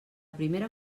primera